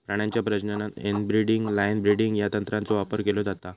प्राण्यांच्या प्रजननात inbreeding line breeding या तंत्राचो वापर केलो जाता